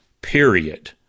period